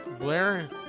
Blair